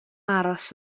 aros